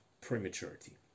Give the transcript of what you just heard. prematurity